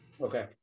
Okay